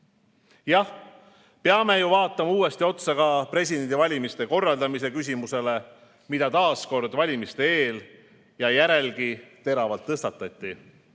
peame ju vaatama uuesti otsa presidendivalimiste korraldamise küsimusele, mida taas kord valimiste eel ja järelgi teravalt tõstatati.